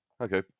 okay